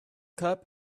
cup